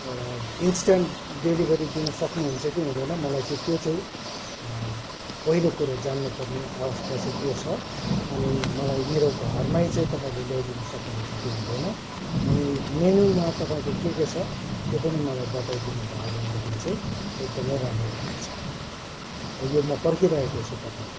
instant delivery दिनु सक्नुहुन्छ कि हुँदैन मलाई चाहिँ त्यो चाहिँ पहिलो कुरो जान्नु पर्ने अवस्था चाहिँ त्यो छ अनि मलाई मेरो घरमै चाहिँ तपाईँले ल्याइदिनु सक्नुहुन्छ कि हुँदैन अनि मेन्यूमा तपाईँको के के छ त्यो पनि मलाई बताइदिनु भयो भनेदेखि चाहिँ एकदमै राम्रो हुनेछ र यो म पर्खिरहेको छु तपाईँलाई